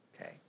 okay